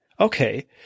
okay